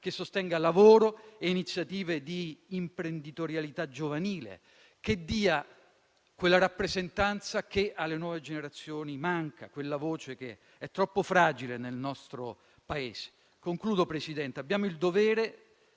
che sostenga lavoro e iniziative di imprenditorialità giovanile, che dia quella rappresentanza che alle nuove generazioni manca, quella voce che è troppo fragile nel nostro Paese. Signor Presidente, abbiamo il dovere